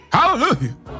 Hallelujah